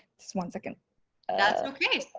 this one second okay